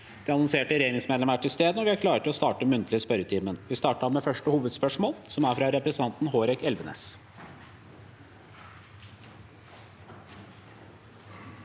De annonserte regjeringsmedlemmene er til stede, og vi er klare til å starte den muntlige spørretimen. Vi starter da med første hovedspørsmål, fra representanten Hårek Elvenes.